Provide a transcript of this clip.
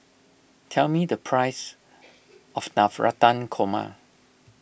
tell me the price of Navratan Korma